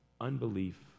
unbelief